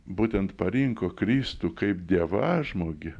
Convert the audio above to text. būtent parinko kristų kaip dievažmogį